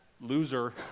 loser